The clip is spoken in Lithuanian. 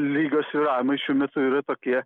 lygio svyravimai šiuo metu yra tokie